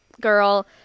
girl